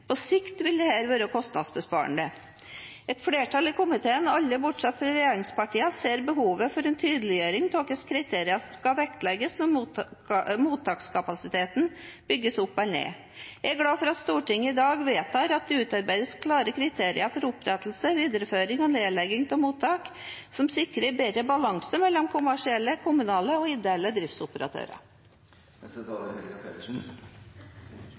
På sikt vil dette være kostnadsbesparende. Et flertall i komiteen, alle bortsett fra regjeringspartiene, ser behovet for en tydeliggjøring av hvilke kriterier som skal vektlegges når mottakskapasiteten bygges opp eller ned. Jeg er glad for at Stortinget i dag vedtar at det utarbeides klare kriterier for opprettelse, videreføring og nedlegging av mottak, som sikrer en bedre balanse mellom kommersielle, kommunale og ideelle